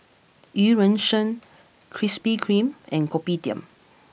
Eu Yan Sang Krispy Kreme and Kopitiam